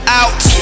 out